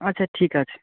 আচ্ছা ঠিক আছে